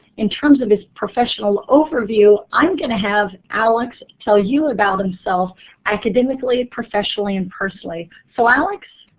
in terms of his professional overview, i'm going to have alex tell you about himself academically, professionally, and personally. so alex